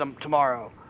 tomorrow